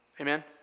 Amen